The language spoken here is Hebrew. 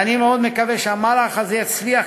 ואני מאוד מקווה שהמהלך הזה יצליח,